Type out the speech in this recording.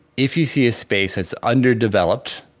if you see a space that's underdeveloped,